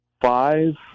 Five